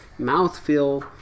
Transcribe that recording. mouthfeel